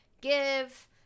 Give